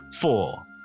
four